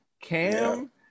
Cam